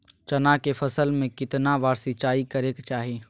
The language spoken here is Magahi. चना के फसल में कितना बार सिंचाई करें के चाहि?